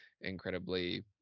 incredibly